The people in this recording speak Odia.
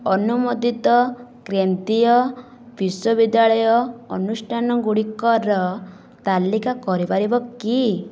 ଅନୁମୋଦିତ ବିଶ୍ୱବିଦ୍ୟାଳୟ ଅନୁଷ୍ଠାନ ଗୁଡ଼ିକର ତାଲିକା କରିପାରିବ କି